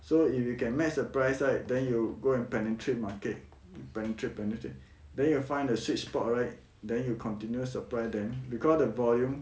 so if you can match the price right then you go and penetrate market penetrate penetrate then you find a sweet spot right then you continue supply them because the volume